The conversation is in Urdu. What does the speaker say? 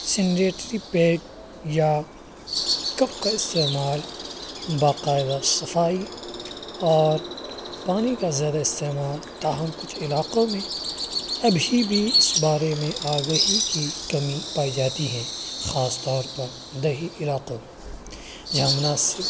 سنریٹری پیڈ یا کپ کا استعمال باقاعدہ صفائی اور پانی کا زیادہ استعمال تاہم کچھ علاقوں میں ابھی بھی اس بارے میں آگہی کی کمی پائی جاتی ہیں خاص طور پر دیہی علاقوں میں جہاں مناسب